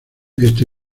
este